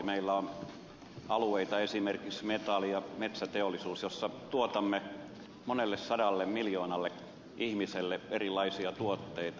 meillä on alueita esimerkiksi metalli ja metsäteollisuudessa joissa tuotamme monelle sadalle miljoonalle ihmisille erilaisia tuotteita